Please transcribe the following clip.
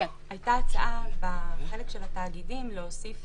הייתה ההצעה בחלק של התאגידים להוסיף